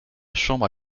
chambre